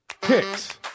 Picks